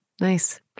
Nice